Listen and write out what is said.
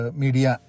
media